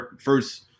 first